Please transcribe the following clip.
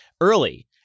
early